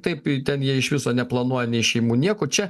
taip ten jie iš viso neplanuoja nei šeimų nieko čia